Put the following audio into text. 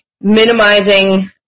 minimizing